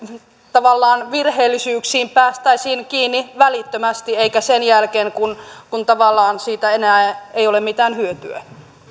tavallaan niihin virheellisyyksiin päästäisiin kiinni välittömästi eikä sen jälkeen kun kun tavallaan siitä ei ole enää mitään hyötyä